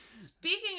Speaking